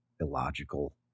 illogical